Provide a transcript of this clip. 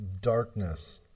darkness